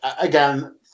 again